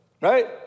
right